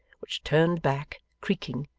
which turned back, creaking,